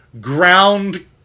ground